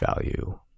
value